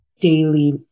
daily